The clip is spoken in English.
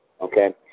Okay